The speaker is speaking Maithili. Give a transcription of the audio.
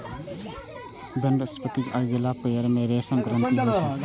वेबस्पिनरक अगिला पयर मे रेशम ग्रंथि होइ छै